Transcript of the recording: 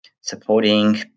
supporting